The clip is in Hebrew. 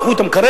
לקחו את המקרר,